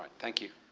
thank you.